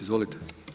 Izvolite.